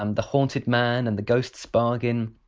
um the haunted man and the ghost! s bargain.